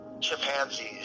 chimpanzees